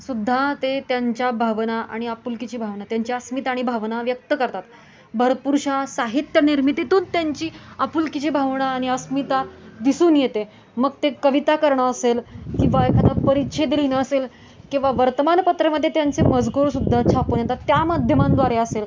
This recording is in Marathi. सुद्धा ते त्यांच्या भावना आणि आपुलकीची भावना त्यांची अस्मिता आणि भावना व्यक्त करतात भरपूरशा साहित्य निर्मितीतून त्यांची आपुलकीची भावना आणि अस्मिता दिसून येते मग ते कविता करणं असेल किंवा एखादा परिच्छेद लिहिणं असेल किंवा वर्तमानपत्रामध्ये त्यांचे मजकूरसुद्धा छापून येतात त्या माध्यमांद्वारे असेल